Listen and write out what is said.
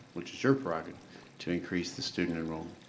which is your prerogative to increase the student enrollment.